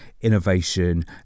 innovation